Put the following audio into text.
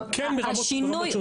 כן, ברמות שונות.